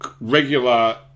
regular